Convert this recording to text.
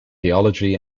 theology